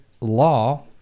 Law